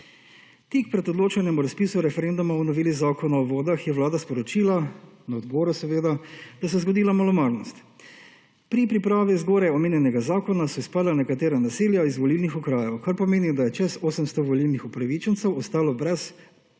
Tik pred odločanjem o razpisu referenduma o Noveli Zakon o vodah je Vlada sporočila na odboru seveda, da se je zgodila malomarnost. Pri pripravi zgoraj omenjenega zakona so izpadla nekatera naselja iz volilnih okrajev, kar pomeni, da je čast 800 volilnih upravičencev ostalo brez svoje